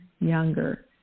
younger